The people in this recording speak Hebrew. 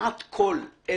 שכמעט כל אלה